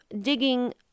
digging